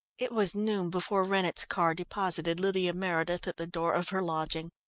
it was noon before rennett's car deposited lydia meredith at the door of her lodging.